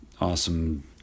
awesome